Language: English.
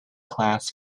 class